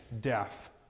death